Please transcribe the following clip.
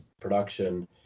production